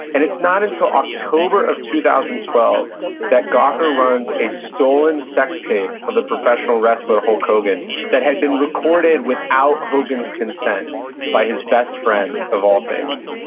and it's not until october of two thousand and twelve that gawker runs a stolen sex tape of the professional wrestler hulk hogan that had been recorded without hogan's consent by his best friend, of all things,